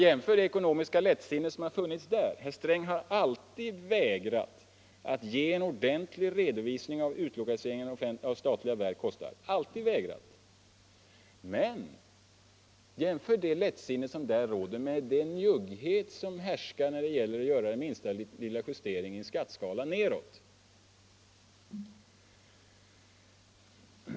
Jämför det ekonomiska lättsinne som funnits där — herr Sträng har alltid vägrat att ge en ordentlig redovisning av vad utlokaliseringen av statliga verk kostar — med den njugghet som härskar när det gäller att göra den minsta lilla justering nedåt av skatteskalorna!